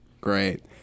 Great